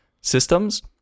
systems